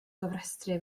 gofrestru